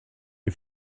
you